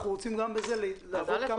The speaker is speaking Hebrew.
אנחנו רוצים גם בזה לעבוד כמה שיותר מהר.